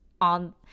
on